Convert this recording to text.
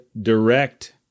direct